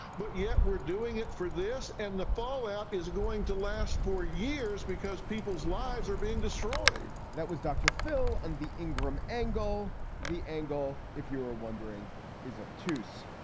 but yet we're doing it for this. and the fallout is going to last for years because people's lives are being destroyed that was dr. phil on the ingram angle. the angle. if you were wondering is obtuse.